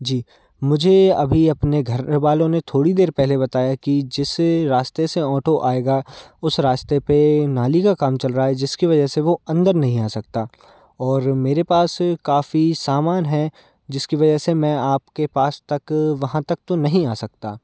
जी मुझे अभी अपने घर वालों ने थोड़ी देर पहले बताया कि जिस रास्ते से ऑटो आएगा उस रास्ते पे नाली का काम चल रहा है जिसकी वजह से वो अंदर नहीं आ सकता और मेरे पास काफ़ी सामान है जिसकी वजह से मैं आपके पास तक वहाँ तक तो नहीं आ सकता